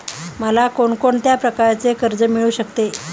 मला कोण कोणत्या प्रकारचे कर्ज मिळू शकते?